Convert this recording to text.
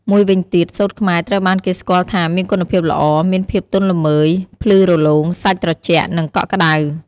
មួយវិញទៀត សូត្រខ្មែរត្រូវបានគេស្គាល់ថាមានគុណភាពល្អ មានភាពទន់ល្មើយ ភ្លឺរលោង សាច់ត្រជាក់ និងកក់ក្តៅ។